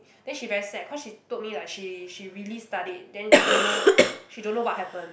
then she very sad cause she told me like she she really studied then she don't know she don't know what happen